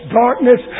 darkness